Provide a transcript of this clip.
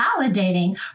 validating